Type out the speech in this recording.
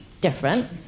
different